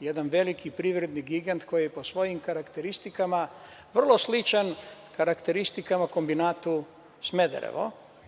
jedan veliki privredni gigant koji je po svojim karakteristikama vrlo sličan karakteristikama kombinatu Smederevo.